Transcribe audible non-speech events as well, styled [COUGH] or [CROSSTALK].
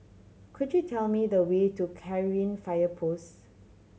could you tell me the way to [UNINTELLIGIBLE] Fire Post